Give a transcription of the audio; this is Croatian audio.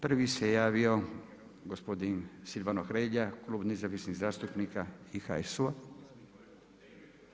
Prvi se javio gospodin Silvano Hrelja Klub nezavisnih zastupnika i HSU-a.